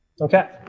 okay